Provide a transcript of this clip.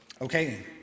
Okay